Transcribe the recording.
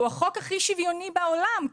הוא החוק הכי שוויוני בעולם,